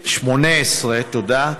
שמונֶה-עשרה, תודה.